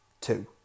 Two